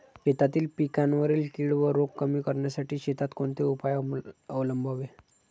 शेतातील पिकांवरील कीड व रोग कमी करण्यासाठी शेतात कोणते उपाय अवलंबावे?